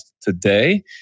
today